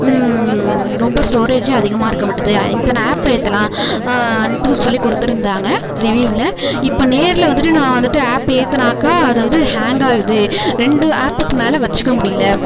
ரொம்ப ஸ்டோரேஜே அதிகமாக இருக்க மாட்டேது இத்தனை ஆப் ஏற்றலாம் ன்ட்டு சொல்லி கொடுத்துருந்தாங்க ரிவியூவ்ல இப்போ நேர்ல வந்துட்டு நான் வந்துட்டு ஆப் ஏத்துனாக்கா அது வந்து ஹேங் ஆகுது ரெண்டு ஆப்புக்கு மேலே வச்சுக்க முடியல